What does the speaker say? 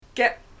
get